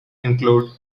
include